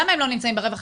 למה הם לא נמצאים ברווחה?